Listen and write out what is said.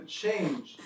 change